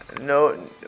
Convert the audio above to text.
No